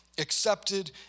accepted